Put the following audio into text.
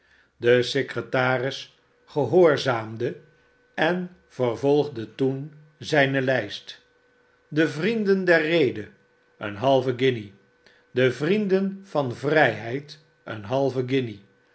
de secretaris gehoorzaamde en vervolgde toen zijne lijst de vrienden der rede een halve guinje de vrienden van vrijheid een halve